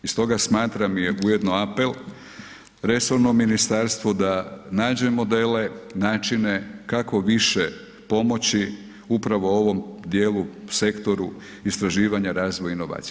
I stoga smatram i ujedno apel resornom ministarstvu da nađe modele, načine kako više pomoći upravo ovom djelu, sektoru istraživanja, razvoja i inovacija.